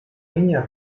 niña